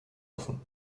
offen